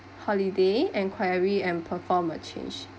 holiday and inquiry and perform a change